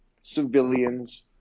civilians